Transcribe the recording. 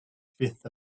fifth